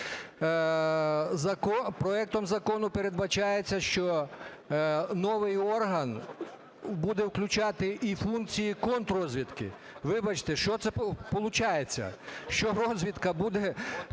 Проектом закону передбачається, що новий орган буде включати і функції контррозвідки. Вибачте, що це получається? Що розвідка буде